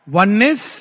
oneness